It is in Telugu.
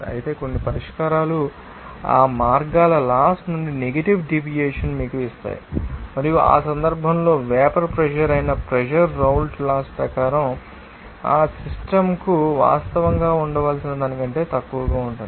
అయితే కొన్ని పరిష్కారాలు ఆ మార్గాల లాస్ నుండి నెగటివ్ డీవియేషన్ మీకు ఇస్తాయి మరియు ఆ సందర్భంలో వేపర్ ప్రెషర్ అయిన ప్రెషర్ రౌల్ట్ లాస్ ప్రకారం ఆ సిస్టమ్ కు వాస్తవంగా ఉండవలసిన దానికంటే తక్కువగా ఉంటుంది